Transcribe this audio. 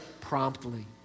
promptly